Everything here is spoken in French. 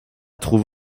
trouve